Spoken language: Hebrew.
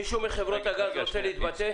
מישהו מחברת הגז רוצה להתבטא?